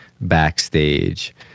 backstage